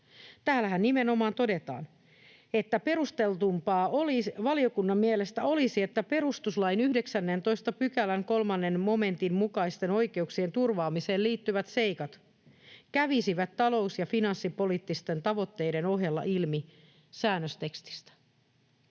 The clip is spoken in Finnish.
Täällähän nimenomaan todetaan, että ”perustellumpaa valiokunnan mielestä olisi, että perustuslain 19 §:n 3 momentin mukaisten oikeuksien turvaamiseen liittyvät seikat kävisivät talous- ja finanssipoliittisten tavoitteiden ohella ilmi säännöstekstistä”.